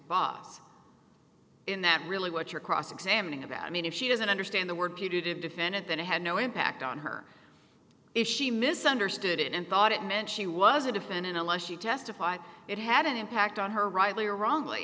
boss in that really what you're cross examining about i mean if she doesn't understand the word putative defendant then it had no impact on her if she misunderstood it and thought it meant she was a defendant unless she testified it had an impact on her rightly or wrongly